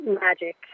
magic